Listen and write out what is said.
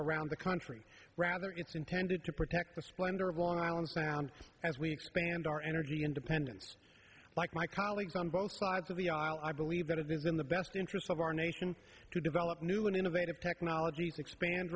around the country rather it's intended to protect the splendor of long island sound as we expand our energy independence like my colleagues on both sides of the aisle i believe it is in the best interest of our nation to develop new and innovative technologies expand